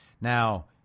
Now